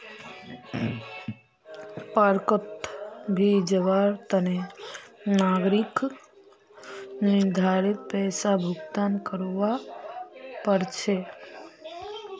पार्कोंत भी जवार तने नागरिकक निर्धारित पैसा भुक्तान करवा पड़ छे